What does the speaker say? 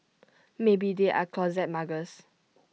maybe they are closet muggers